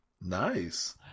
Nice